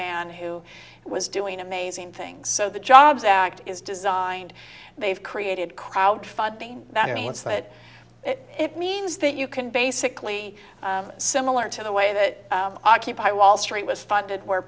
man who was doing amazing things so the jobs act is designed they've created crowdfunding that means that it means that you can basically similar to the way that occupy wall street was funded where